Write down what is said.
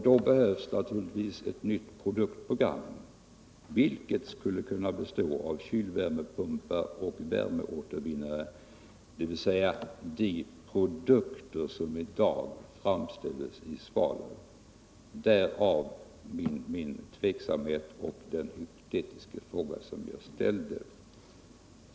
Då behövs naturligtvis ett nytt produktprogram, vilket skulle kunna bestå av kylvärmepumpar och kylvärmeåtervinnare, dvs. de produkter som i dag framställs i Svalöv. Därpå beror min tveksamhet och den hypotetiska frågan.